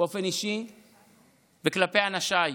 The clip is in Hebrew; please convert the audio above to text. באופן אישי וכלפי אנשיי.